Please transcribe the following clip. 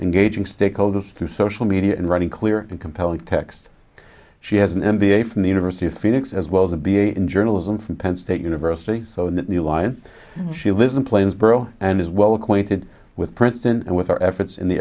engaging stakeholders through social media and running clear and compelling text she has an m b a from the university of phoenix as well as a b a in journalism from penn state university so that new life she lives in plainsboro and is well acquainted with princeton and with her efforts in the